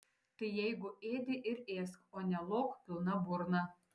tai jeigu ėdi ir ėsk o ne lok pilna burna